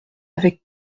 avec